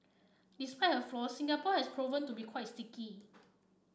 despite her flaws Singapore has proven to be quite sticky